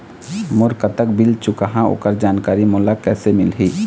मोर कतक बिल चुकाहां ओकर जानकारी मोला कैसे मिलही?